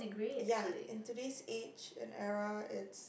ya in today's age and era it's